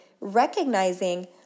recognizing